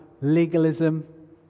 legalism